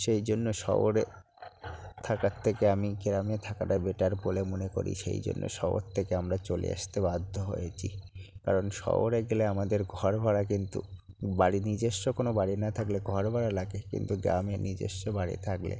সেই জন্য শহরে থাকার থেকে আমি গ্রামে থাকাটা বেটার বলে মনে করি সেই জন্য শহর থেকে আমরা চলে আসতে বাধ্য হয়েছি কারণ শহরে গেলে আমাদের ঘর ভাড়া কিন্তু বাড়ি নিজেস্ব কোনও বাড়ি না থাকলে ঘর ভাড়া লাগে কিন্তু গ্রামে নিজস্ব বাড়ি থাকলে